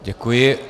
Děkuji.